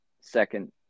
second –